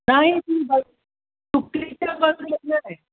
नाही ती बस चुकीच्या बसमध्ये बसले असेल